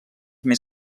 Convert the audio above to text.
més